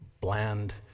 bland